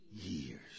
years